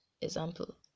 example